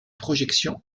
projection